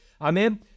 Amen